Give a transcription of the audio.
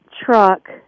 truck